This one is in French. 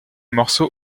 morceaux